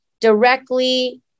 directly